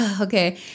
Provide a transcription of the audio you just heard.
okay